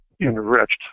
enriched